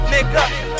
Nigga